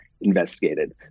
investigated